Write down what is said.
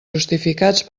justificats